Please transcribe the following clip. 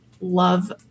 love